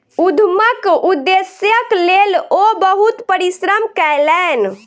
उद्यमक उदेश्यक लेल ओ बहुत परिश्रम कयलैन